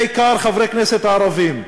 בעיקר חברי כנסת ערבים.